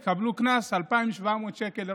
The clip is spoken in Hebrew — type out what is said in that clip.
הם יקבלו קנס של 2,700 שקל,